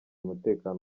umutekano